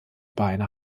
beine